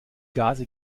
gase